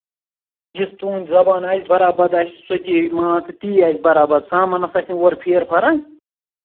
یُس تُہُنٛد زَبان آسہِ برابر آسہِ سُہ تہِ مان ژٕ تی آسہِ برابر سامانَس آسہِ نہٕ اور پھیر فرٕق